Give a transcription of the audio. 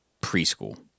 preschool